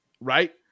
right